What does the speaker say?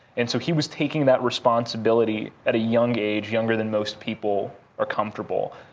and so he was taking that responsibility at a young age, younger than most people are comfortable.